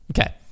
Okay